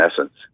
essence